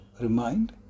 remind